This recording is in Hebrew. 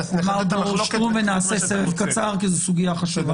נשמע אחר כך את מר דרור שטרום ונעשה סבב קצר כי זאת סוגיה חשובה.